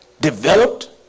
developed